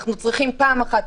אנחנו צריכים פעם אחת,